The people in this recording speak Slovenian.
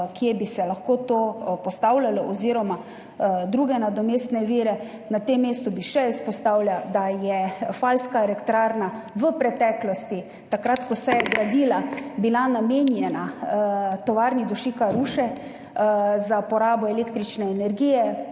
kje bi se lahko to postavljalo, oziroma druge nadomestne vire. Na tem mestu bi še izpostavila, da je bila falska elektrarna v preteklosti, takrat ko se je gradila, namenjena Tovarni dušika Ruše za porabo električne energije.